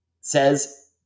says